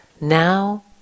now